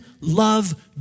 love